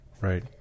Right